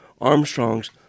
Armstrong's